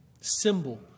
symbol